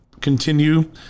continue